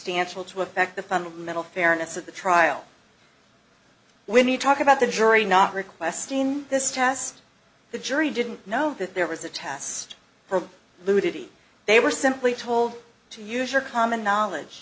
affect the fundamental fairness of the trial when you talk about the jury not requesting this test the jury didn't know that there was a test for lutie they were simply told to use your common knowledge